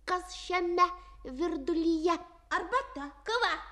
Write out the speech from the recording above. kas šiame virdulyje arbata kava